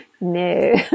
No